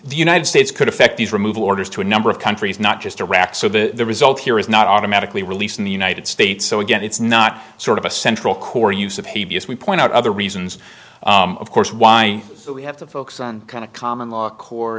the united states could effect these removal orders to a number of countries not just iraq so the result here is not automatically released in the united states so again it's not sort of a central core use of p b s we point out other reasons of course why we have to focus on kind of common law a core